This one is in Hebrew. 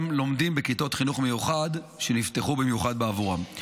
לומדים בכיתות חינוך מיוחד שנפתחו במיוחד בעבורם.